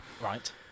right